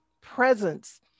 Presence